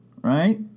Right